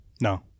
No